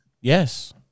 Yes